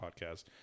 podcast